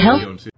help